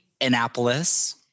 Annapolis